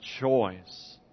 choice